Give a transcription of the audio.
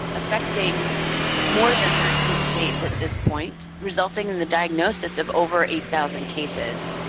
affecting more than thirteen states at this point, resulting in the diagnosis of over eight thousand cases.